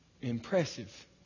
impressive